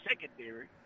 secondary